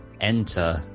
enter